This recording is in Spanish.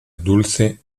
dulce